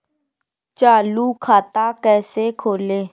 चालू खाता कैसे खोलें?